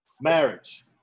Marriage